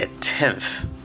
tenth